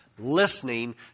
listening